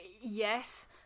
yes